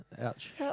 Ouch